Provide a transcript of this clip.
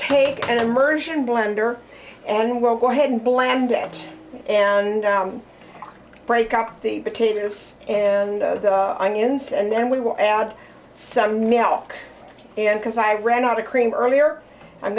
take an immersion blender and we'll go ahead and blam dad and break up the potato this and onions and then we will add some milk and cause i ran out of cream earlier i'm